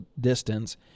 distance